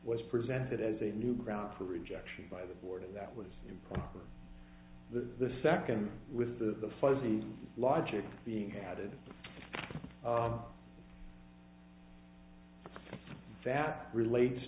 was presented as a new ground for rejection by the board and that was improper the second with the fuzzy logic being added that relates